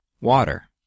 water